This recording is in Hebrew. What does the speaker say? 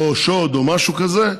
שוד או משהו כזה.